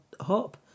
hop